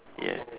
ya